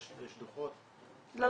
יש דוחות --- לא,